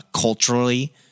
culturally